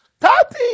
Tati